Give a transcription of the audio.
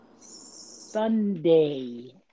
Sunday